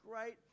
great